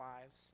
lives